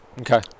Okay